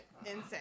Insane